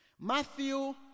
Matthew